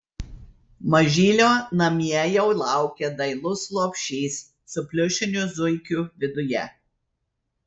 mažylio namie jau laukia dailus lopšys su pliušiniu zuikiu viduje